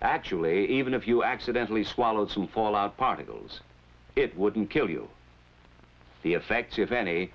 actually even if you accidentally swallowed some fallout particles it wouldn't kill you the effect of any